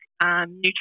Nutrition